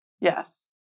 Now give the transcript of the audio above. Yes